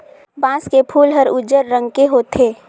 बांस के फूल हर उजर रंग के होथे